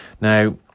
Now